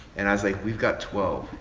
and i was like, we've got twelve.